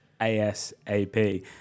asap